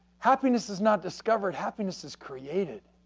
happiness is not discovered, happiness is created.